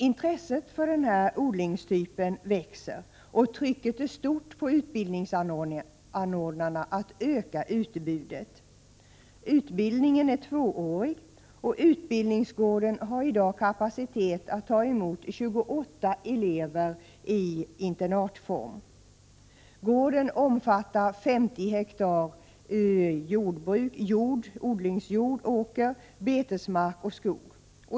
Intresset för denna odlingstyp växer, och trycket är stort på utbildningsanordnarna när det gäller att utvidga utbudet. Utbildningen är tvåårig, och utbildningsgården har i dag kapacitet att ta emot 28 elever i internatform. Gården omfattar 50 hektar åker, betesmark och skog.